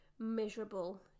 miserable